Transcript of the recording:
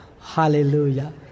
Hallelujah